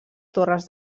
torres